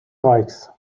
reichs